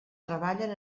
treballen